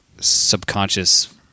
subconscious